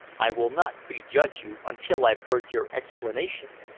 i will not prejudge you until i've heard your explanation,